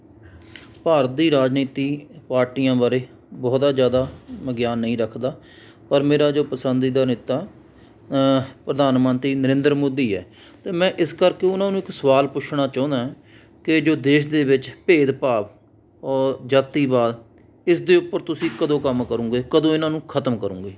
ਭਾਰਤ ਦੀ ਰਾਜਨੀਤੀ ਪਾਰਟੀਆਂ ਬਾਰੇ ਬਹੁਤਾ ਜ਼ਿਆਦਾ ਮੈਂ ਗਿਆਨ ਨਹੀਂ ਰੱਖਦਾ ਪਰ ਮੇਰਾ ਜੋ ਪਸੰਦੀਦਾ ਨੇਤਾ ਪ੍ਰਧਾਨ ਮੰਤਰੀ ਨਰਿੰਦਰ ਮੋਦੀ ਹੈ ਅਤੇ ਮੈਂ ਇਸ ਕਰਕੇ ਉਹਨਾਂ ਨੂੰ ਇੱਕ ਸਵਾਲ ਪੁੱਛਣਾ ਚਾਹੁੰਦਾ ਕਿ ਜੋ ਦੇਸ਼ ਦੇ ਵਿੱਚ ਭੇਦਭਾਵ ਔਰ ਜਾਤੀਵਾਦ ਇਸ ਦੇ ਉੱਪਰ ਤੁਸੀਂ ਕਦੋਂ ਕੰਮ ਕਰੋਗੇ ਕਦੋਂ ਇਹਨਾਂ ਨੂੰ ਖਤਮ ਕਰੋਗੇ